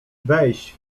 weź